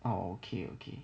oh okay okay